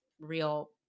real